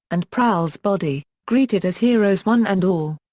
and prowl's body, greeted as heroes one and all.